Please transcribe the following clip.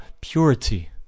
purity